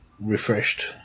refreshed